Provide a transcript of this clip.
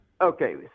Okay